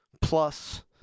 Plus